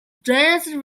danced